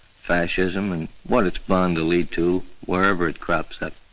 fascism and what it's bound to lead to, wherever it crops up.